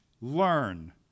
learn